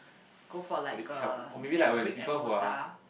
go for like a their brick and mortar